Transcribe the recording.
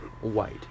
white